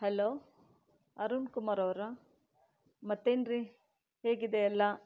hello Arun Kumar ಅವರ ಮತ್ತೇನ್ರಿ ಹೇಗಿದೆ ಎಲ್ಲ